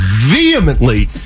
vehemently